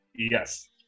Yes